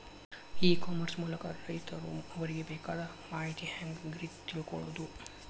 E commerce ಮೂಲಕ ರೈತರು ಅವರಿಗೆ ಬೇಕಾದ ಮಾಹಿತಿ ಹ್ಯಾಂಗ ರೇ ತಿಳ್ಕೊಳೋದು?